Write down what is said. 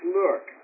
look